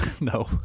No